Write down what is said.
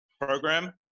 program